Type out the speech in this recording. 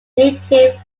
native